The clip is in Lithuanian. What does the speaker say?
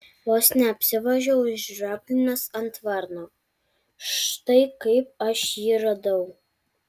vos neapsivožiau užrioglinęs ant varno štai kaip aš jį radau